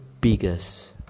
biggest